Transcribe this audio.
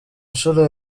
nshuro